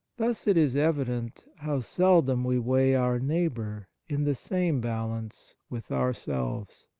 thus it is evident how seldom we weigh our neighbour in the same balance with ourselves